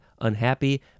unhappy